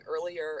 earlier